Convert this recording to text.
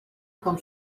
com